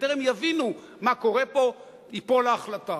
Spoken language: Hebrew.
בטרם יבינו מה קורה פה תיפול ההחלטה.